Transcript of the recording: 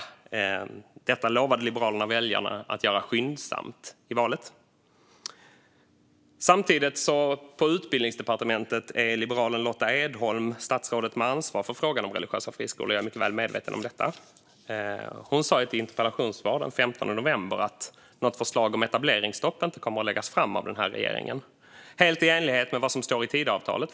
I valrörelsen lovade Liberalerna väljarna att göra det skyndsamt. På Utbildningsdepartementet är liberalen Lotta Edholm statsråd med ansvar för frågan om religiösa friskolor; jag är mycket väl medveten om detta. Hon sa i ett interpellationssvar den 15 november att något förslag om etableringsstopp inte kommer att läggas fram av den här regeringen, vilket för övrigt är helt i enlighet med vad som står i Tidöavtalet.